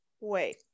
wait